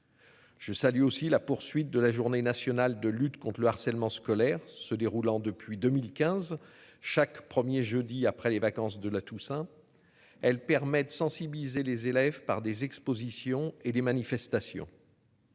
Je salue aussi la poursuite de la journée nationale de lutte contre le harcèlement scolaire se déroulant depuis 2015, chaque 1er jeudi après les vacances de la Toussaint. Elle permet de sensibiliser les élèves par des expositions et des manifestations.